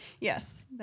yes